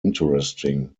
interesting